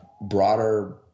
broader